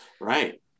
right